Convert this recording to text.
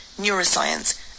neuroscience